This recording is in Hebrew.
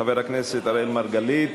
חבר הכנסת אראל מרגלית.